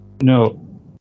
No